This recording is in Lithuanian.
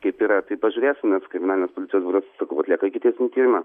kaip yra tai pažiūrėsim nes kriminalinės policijos biuras sakau atlieka ikiteisminį tyrimą